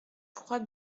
croix